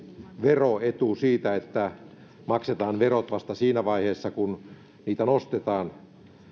veroetu siitä että maksetaan verot vasta siinä vaiheessa kun niitä nostetaan